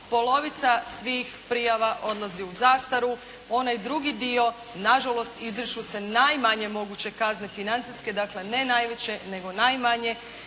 polovica svih prijava odlazi u zastaru. Onaj drugi dio nažalost izriču se najmanje moguće kazne financijske, dakle, ne najveće nego najmanje